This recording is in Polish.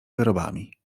wyrobami